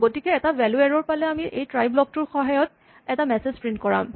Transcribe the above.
গতিকে এটা value error পালে এই ট্ৰাই ব্লক টোৰ সহায়ত আমি এটা মেছেজ প্ৰিন্ট কৰাম